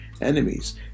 enemies